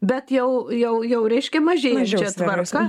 bet jau jau jau reiškia mažėjančia tvarka